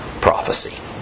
prophecy